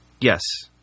yes